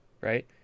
Right